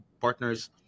partners